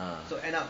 uh